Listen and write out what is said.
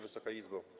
Wysoka Izbo!